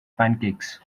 pancakes